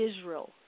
Israel